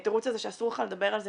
בתירוץ הזה שאסור לך לדבר על זה,